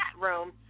room